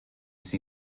see